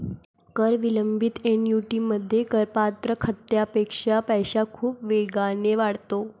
कर विलंबित ऍन्युइटीमध्ये, करपात्र खात्यापेक्षा पैसा खूप वेगाने वाढतो